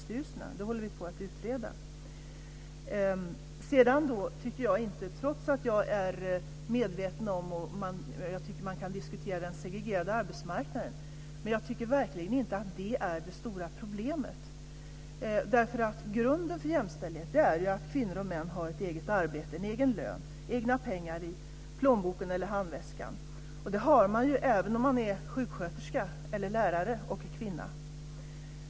Trots att jag tycker att man kan diskutera den segregerade arbetsmarknaden är den verkligen inte det stora problemet. Grunden för jämställdhet är att kvinnor och män har ett eget arbete, en egen lön, egna pengar i plånboken och det har man ju även om man är sjuksköterska eller lärare och kvinna.